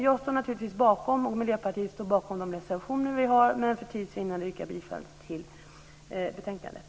Jag och Miljöpartiet står naturligtvis bakom de reservationer vi har, men för tids vinnande yrkar jag bifall till förslaget i betänkandet.